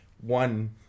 one